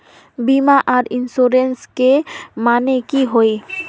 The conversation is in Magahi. बीमा आर इंश्योरेंस के माने की होय?